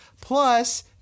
plus